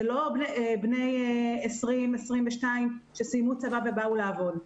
זה לא בני 20 22 שסיימו צבא ובאו לעבוד.